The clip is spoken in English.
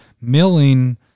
Milling